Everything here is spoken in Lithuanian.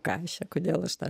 ką aš čia kodėl aš tą